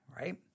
right